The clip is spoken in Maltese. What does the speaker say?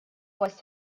post